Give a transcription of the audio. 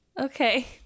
Okay